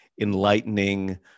enlightening